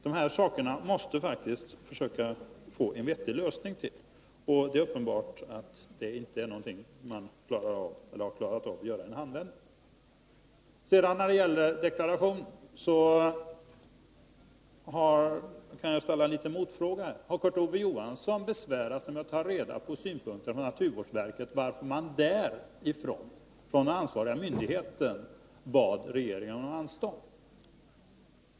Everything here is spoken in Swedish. De här frågorna måste faktiskt få en vettig lösning, och det är uppenbart att det inte är någonting som man kan klara av i en handvändning. När det gäller deklarationen kan jag ställa en liten motfråga. Har Kurt Ove Johansson besvärat sig med att ta reda på varför naturvårdsverket, den ansvariga myndigheten, bad regeringen om anstånd?